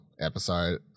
episode